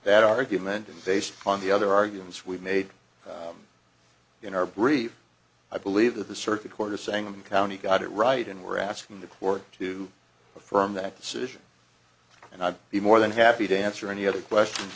that argument is based on the other arguments we've made in our brief i believe that the circuit court is saying the county got it right and we're asking the court to affirm that decision and i'd be more than happy to answer any other questions